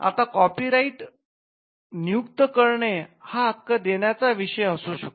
आता कॉपीराइट्स नियुक्त करणे हा हक्क देण्याचा विषय असू शकतो